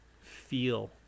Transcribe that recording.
feel